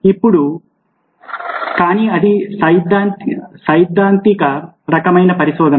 ఇప్పుడు కానీ అది సైద్ధాంతిక రకమైన పరిశోధన